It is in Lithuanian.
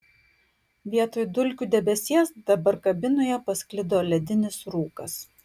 vietoj dulkių debesies dabar kabinoje pasklido ledinis rūkas